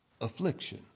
Affliction